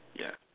yeah